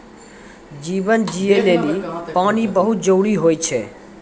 जीवन जियै लेलि पानी बहुत जरूरी होय छै?